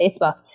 Facebook